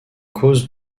cause